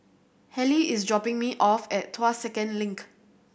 Halley is dropping me off at Tuas Second Link